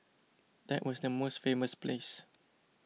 that was the most famous place